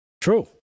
True